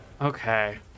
okay